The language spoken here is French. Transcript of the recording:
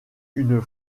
une